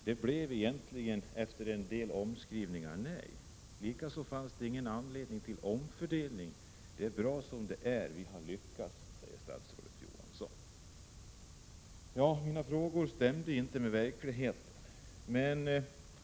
Det blev efter en del omskrivningar nej. Likaså finns det ingen anledning till omfördelning. Det är bra som det är, vi har lyckats, säger statsrådet Johansson. Mina frågor stämmer enligt statsrådet inte med verkligheten.